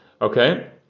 Okay